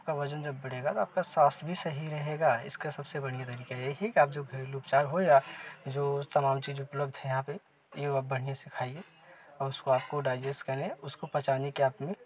आपका वजन जब बढ़ेगा तो अपका स्वास्थ्य भी सही रहेगा इसका सबसे बढ़िया तरीका यही है कि आप का जो घरेलू उपचार हो या जो समान चीज उपलब्ध है यहाँ पे घी वी आप बढ़िया से खाईये उसको आप डाइजेस्ट करें उसको आप पचाने की आप में